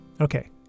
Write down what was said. Okay